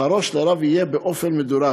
שכרו של הרב יהיה באופן מדורג,